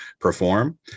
perform